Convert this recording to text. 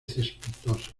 cespitosa